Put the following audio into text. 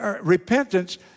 repentance